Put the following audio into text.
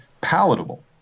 palatable